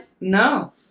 No